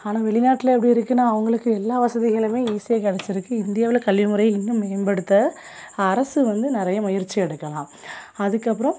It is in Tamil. ஆனால் வெளிநாட்டில் எப்படி இருக்குதுன்னா அவங்களுக்கு எல்லா வசதிகளுமே ஈஸியாக கெடைச்சிருக்கு இந்தியாவில் கல்விமுறை இன்னும் மேம்படுத்த அரசு வந்து நிறையா முயற்சி எடுக்கலாம் அதுக்கப்புறம்